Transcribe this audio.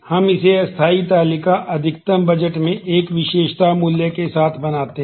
हम इसे अस्थायी तालिका अधिकतम बजट में एक विशेषता मूल्य के साथ बनाते हैं